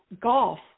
golf